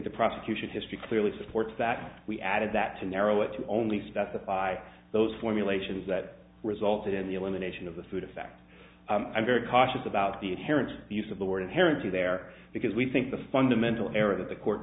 the prosecution history clearly supports that we added that to narrow it to only specify those formulations that resulted in the elimination of the food effect i'm very cautious about the apparent use of the word inherently there because we think the fundamental error that the court